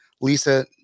Lisa